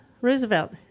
Roosevelt